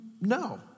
No